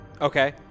Okay